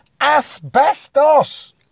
asbestos